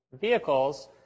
vehicles